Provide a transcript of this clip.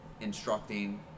instructing